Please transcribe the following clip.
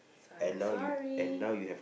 so I'm sorry